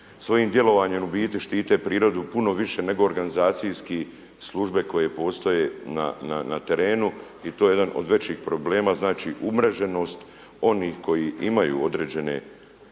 svojim djelovanjem u biti štite prirodu puno više nego organizacijski službe koje postoje na terenu i to je jedan od većih problema, znači umreženost onih koji imaju određene